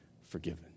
forgiven